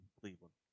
Cleveland